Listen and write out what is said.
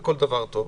בכל דבר טוב.